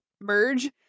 merge